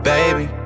Baby